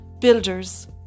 builders